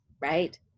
right